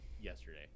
yesterday